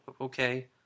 Okay